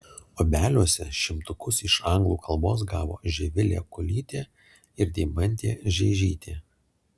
obeliuose šimtukus iš anglų kalbos gavo živilė kulytė ir deimantė žeižytė